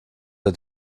der